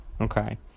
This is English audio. okay